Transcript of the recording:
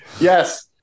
Yes